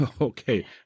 Okay